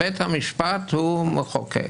בית המשפט הוא מחוקק.